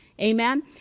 Amen